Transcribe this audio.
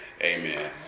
amen